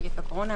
הקורונה.